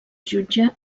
jutge